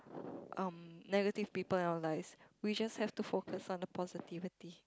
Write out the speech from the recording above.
um negative people in our lives we just have to focus on the positivity